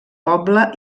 poble